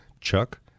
chuck